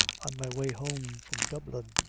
on my way home from dublin.